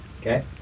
Okay